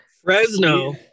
Fresno